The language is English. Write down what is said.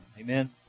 Amen